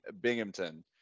Binghamton